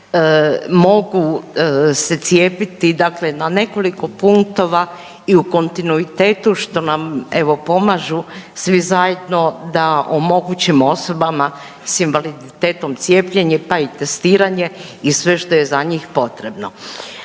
mogu se cijepiti dakle na nekoliko punktova i u kontinuitetu što nam evo pomažu svi zajedno da omogućimo osobama s invaliditetom cijepljene pa i testiranje i sve što je za njih potrebno.